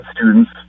students